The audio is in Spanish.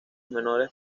menores